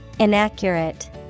Inaccurate